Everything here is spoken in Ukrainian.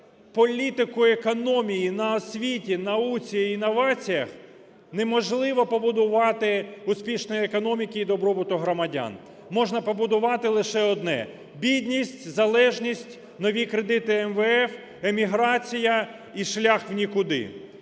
політику економії на освіті, науці і інноваціях неможливо побудувати успішну економіку і добробут громадян. Можна побудувати лише одне – бідність, залежність, нові кредити МВФ, еміграція і шлях в нікуди.